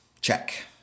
Check